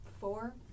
four